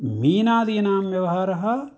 मीनादीनां व्यवहारः